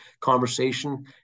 conversation